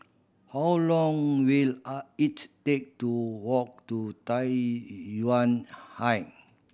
how long will I it take to walk to Tai Yuan High